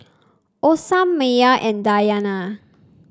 Osman Maya and Dayana